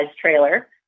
trailer